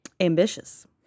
ambitious